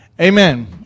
amen